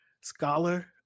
scholar